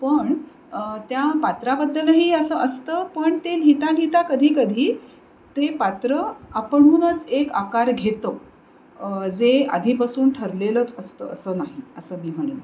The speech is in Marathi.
पण त्या पात्राबद्दलही असं असतं पण ते लिहिता लिहिता कधी कधी ते पात्र आपणहूनच एक आकार घेतं जे आधीपासून ठरलेलंच असतं असं नाही असं मी म्हणेन